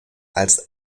als